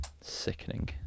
sickening